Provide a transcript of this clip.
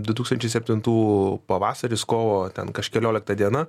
du tūkstančiai septintų pavasaris kovo ten kažkeliolikta diena